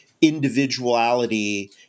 individuality